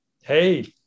Hey